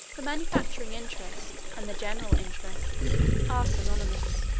the manufacturing interest and the general interests are synonymous.